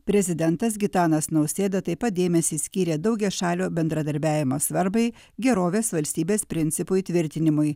prezidentas gitanas nausėda taip pat dėmesį skyrė daugiašalio bendradarbiavimo svarbai gerovės valstybės principų įtvirtinimui